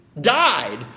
Died